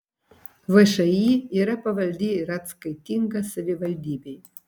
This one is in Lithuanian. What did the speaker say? všį yra pavaldi ir atskaitinga savivaldybei